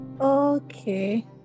okay